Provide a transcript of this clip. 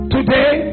Today